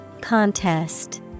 Contest